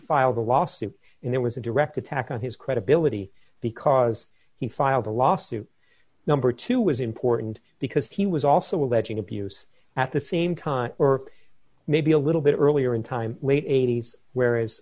filed a lawsuit in there was a direct attack on his credibility because he filed a lawsuit number two was important because he was also alleging abuse at the same time or maybe a little bit earlier in time late eighty's where